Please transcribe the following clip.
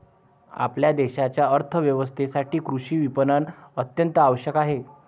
आपल्या देशाच्या अर्थ व्यवस्थेसाठी कृषी विपणन अत्यंत आवश्यक आहे